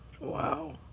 wow